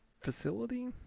facility